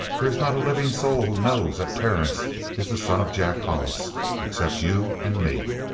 there's not a living soul who knows that terence is the son of jack hollis except you and me.